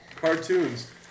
Cartoons